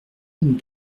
vingt